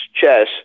chess